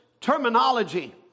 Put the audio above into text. terminology